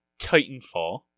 Titanfall